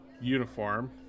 uniform